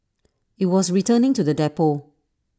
IT was returning to the depot